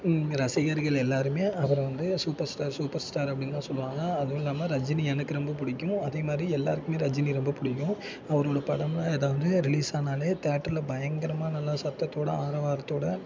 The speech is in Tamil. ரசிகர்கள் எல்லாருமே அவரை வந்து சூப்பர் ஸ்டார் சூப்பர் ஸ்டார் அப்படின்தான் சொல்லுவாங்க அதுவும் இல்லாமல் ரஜினி எனக்கு ரொம்ப பிடிக்கும் அதேமாதிரி எல்லாருக்குமே ரஜினியை ரொம்ப பிடிக்கும் அவரோடய படம்லாம் ஏதாவது ரிலீஸ் ஆனாலே தேட்டர்ல பயங்கரமாக நல்ல சத்தத்தோட ஆரவாரத்தோட